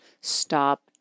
stop